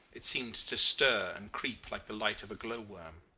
it seemed to stir and creep like the light of a glowworm.